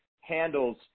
handles